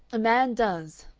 a man does,